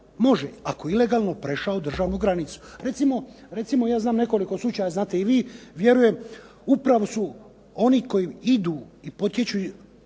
može, ako je ilegalno prešao državnu granicu. Recimo ja znam nekoliko slučaja, a znate i vi vjerujem. Upravo su oni koji idu i potiču